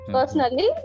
Personally